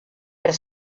per